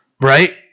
right